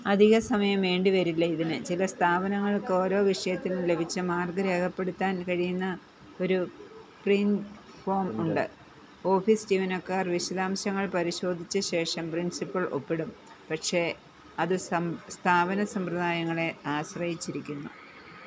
അധിക സമയം വേണ്ടിവരില്ല ഇതിന് ചില സ്ഥാപനങ്ങൾക്ക് ഓരോ വിഷയത്തിലും ലഭിച്ച മാർക്ക് രേഖപ്പെടുത്താൻ കഴിയുന്ന ഒരു പ്രിൻറ്റ് ഫോം ഉണ്ട് ഓഫീസ് ജീവനക്കാർ വിശദാംശങ്ങൾ പരിശോധിച്ച ശേഷം പ്രിൻസിപ്പൽ ഒപ്പിടും പക്ഷേ അത് സ്ഥാപനം സമ്പ്രദായങ്ങളെ ആശ്രയിച്ചിരിക്കുന്നു